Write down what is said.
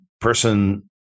person